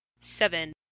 seven